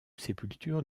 sépulture